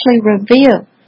reveal